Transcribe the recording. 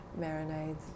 marinades